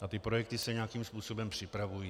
A ty projekty se nějakým způsobem připravují.